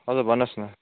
हजुर भन्नुहोस् न